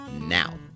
now